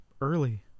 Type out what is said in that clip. Early